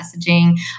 messaging